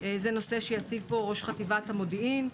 וזה נושא שיציג פה ראש חטיבת המודיעין.